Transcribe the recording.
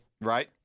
Right